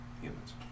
humans